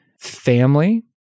family